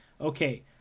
okay